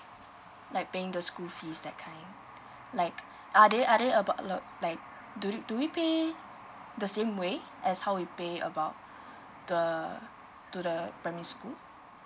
like paying the school fees that kind like are there are there about li~ like do you do we pay the same way as how we pay about the to the primary school